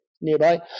nearby